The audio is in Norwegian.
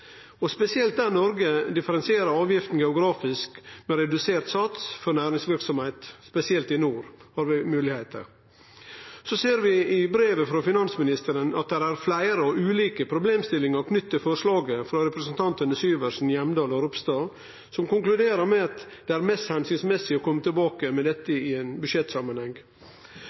Spesielt der Noreg differensierer avgifta geografisk med redusert sats for næringsverksemd, særleg i nord, har vi slike moglegheiter. Så ser vi i brevet frå finansministeren at der er fleire og ulike problemstillingar knytte til forslaget frå representantane Syversen, Reiten, Hjemdal og Ropstad, som konkluderer med at det er mest hensiktsmessig å kome tilbake med dette i budsjettsamanheng.